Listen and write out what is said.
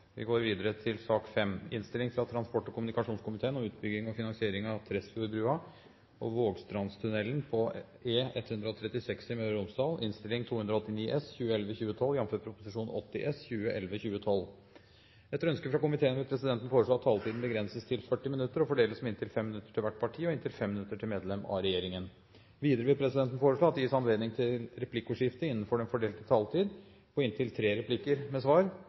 til sak nr. 4. Etter ønske fra transport- og kommunikasjonskomiteen vil presidenten foreslå at taletiden begrenses til 40 minutter og fordeles med inntil 5 minutter til hvert parti og inntil 5 minutter til medlem av regjeringen. Videre vil presidenten foreslå at det gis anledning til replikkordskifte på inntil tre replikker med svar etter innlegg fra medlem av regjeringen innenfor den fordelte taletid. Videre blir det foreslått at de som måtte tegne seg på talerlisten utover den fordelte taletid, får en taletid på inntil